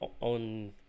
on